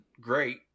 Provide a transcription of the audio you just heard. great